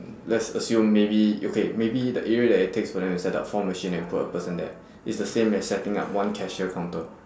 let's assume maybe okay maybe the area that it takes for them to set up four machine and put a person there is the same as setting up one cashier counter